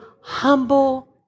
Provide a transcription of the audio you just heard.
humble